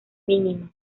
mínimas